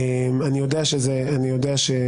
אני יודע שהמורכבות,